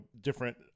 different